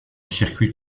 circuit